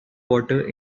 water